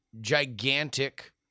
gigantic